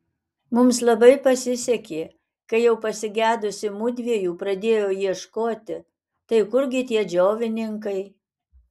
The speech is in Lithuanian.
mums labai pasisekė kai jau pasigedusi mudviejų pradėjo ieškoti tai kurgi tie džiovininkai